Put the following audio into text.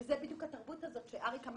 זו בדיוק התרבות שדיבר עליה אריק,